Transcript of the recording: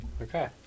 Okay